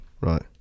Right